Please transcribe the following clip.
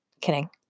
Kidding